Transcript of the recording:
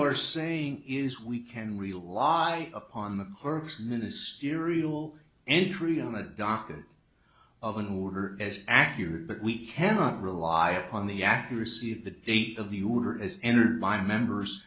are saying is we can rely upon the herbes ministerial entry on the docket of an order as accurate but we cannot rely upon the accuracy of the date of the you were as entered by members